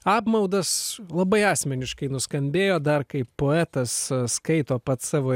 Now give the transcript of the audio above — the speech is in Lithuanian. apmaudas labai asmeniškai nuskambėjo dar kaip poetas skaito pats savo